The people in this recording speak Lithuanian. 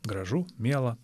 gražu miela